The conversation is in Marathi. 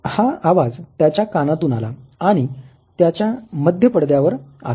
हा आवाज त्याच्या कानातून आला आणि त्याच्या मध्य पडद्यावर आदळला